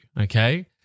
okay